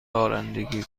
رانندگی